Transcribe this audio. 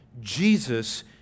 Jesus